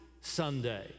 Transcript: Sunday